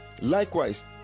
likewise